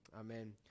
amen